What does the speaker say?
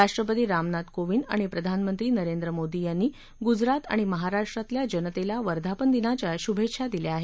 राष्ट्रपती रामनाथ कोविंद आणि प्रधानमंत्री नरेंद्र मोदी यांनी गुजरात आणि महाराष्ट्रातल्या जनतेला वर्धापन दिनाच्या शुभेच्छा दिल्या आहेत